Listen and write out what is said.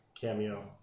cameo